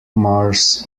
mars